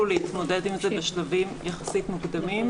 להתמודד עם זה בשלבים יחסים מוקדמים,